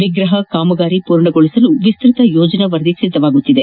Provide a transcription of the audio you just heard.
ವಿಗ್ರಹ ಕಾಮಗಾರಿ ಪೂರ್ಣಗೊಳಿಸಲು ವಿಸ್ತತ ಯೋಜನಾ ವರದಿ ಸಿದ್ದಪಡಿಸಲಾಗುತ್ತಿದೆ